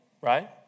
Right